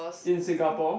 in Singapore